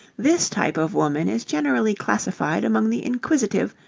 this type of woman is generally classified among the inquisitive,